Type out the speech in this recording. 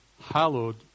hallowed